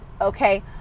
Okay